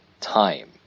time